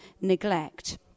neglect